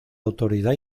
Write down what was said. autoridad